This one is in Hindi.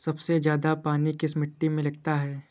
सबसे ज्यादा पानी किस मिट्टी में लगता है?